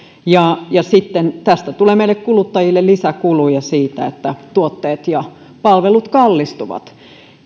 ja ja sitten tästä tulee meille kuluttajille lisäkuluja siitä että tuotteet ja palvelut kallistuvat